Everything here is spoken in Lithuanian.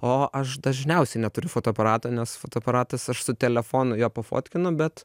o aš dažniausiai neturiu fotoaparato nes fotoaparatas aš su telefonu jo pafotkinu bet